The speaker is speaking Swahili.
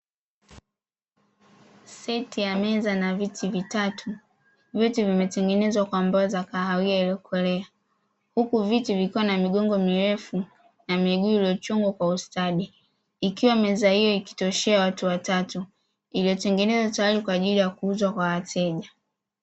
Seti ya meza na viti vitatu, vyote vimetengenezwa kwa mbao za kahawia iliyokolea, huku viti vikiwa na migongo mirefu na miguu iliyochongwa kwa ustadi; ikiwa meza hiyo ikitoshea watu watatu, iliyotengenezwa tayari kwa ajili ya kuuzwa kwa wateja.